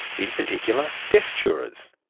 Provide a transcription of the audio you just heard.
in particular, deaf jurors?